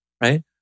right